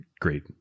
great